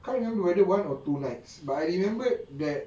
can't remember whether one or two nights but I remembered that